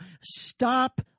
stop